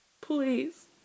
Please